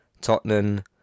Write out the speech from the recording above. Tottenham